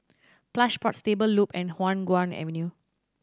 Plush Pods Stable Loop and Hua Guan Avenue